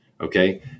okay